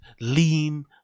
lean